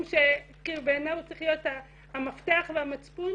שבעיניי הוא צריך להיות המפתח והמצפון,